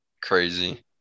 Crazy